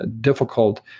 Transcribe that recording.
difficult